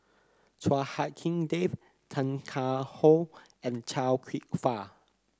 Chua Hak Lien Dave Tan Car How and Chia Kwek Fah